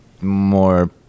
more